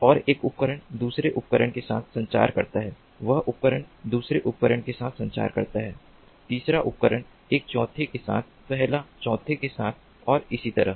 और एक उपकरण दूसरे उपकरण के साथ संचार करता है वह उपकरण दूसरे उपकरण के साथ संचार करता है तीसरा उपकरण एक चौथे के साथ पहला चौथे के साथ और इसी तरह